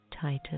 title